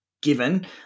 given